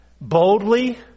boldly